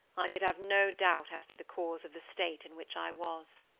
i could have no doubt as to the cause of the state in which i was.